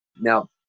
now